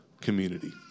community